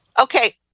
Okay